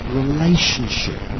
relationship